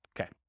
Okay